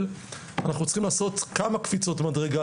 אנחנו צריכים לעשות כמה קפיצות מדרגה,